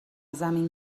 زمین